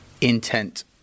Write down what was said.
intent